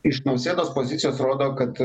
iš nausėdos pozicijos rodo kad